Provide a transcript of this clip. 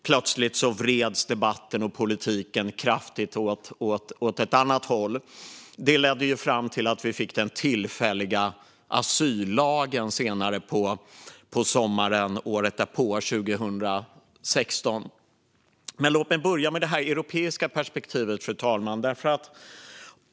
Plötsligt vreds debatten och politiken kraftigt åt ett annat håll. Detta ledde fram till att vi fick den tillfälliga asyllag som kom senare på sommaren året därpå, det vill säga 2016. Låt mig börja med det europeiska perspektivet, fru talman.